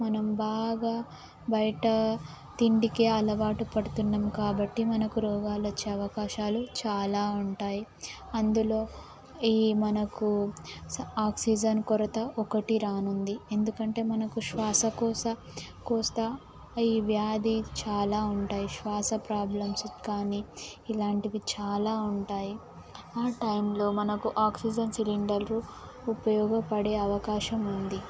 మనం బాగా బయట తిండికే అలవాటు పడుతున్నాం కాబట్టి మనకు రోగాలు వచ్చే అవకాశాలు చాలా ఉంటాయి అందులో ఈ మనకు ఆక్సిజన్ కొరత ఒకటి రానుంది ఎందుకంటే మనకు శ్వాస కోస కోశ ఈ వ్యాధి చాలా ఉంటాయి శ్వాస ప్రాబ్లమ్స్ కాని ఇలాంటివి చాలా ఉంటాయి ఆ టైంలో మనకు ఆక్సిజన్ సిలిండర్లు ఉపయోగపడే అవకాశం ఉంది